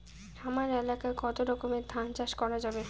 হামার এলাকায় কতো রকমের ধান চাষ করা যাবে?